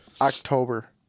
October